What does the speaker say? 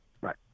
Right